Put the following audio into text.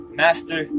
master